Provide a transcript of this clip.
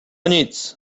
nic